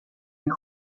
can